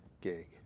gig